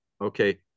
okay